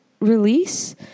release